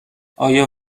آیا